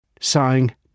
Sighing